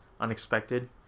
unexpected